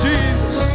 Jesus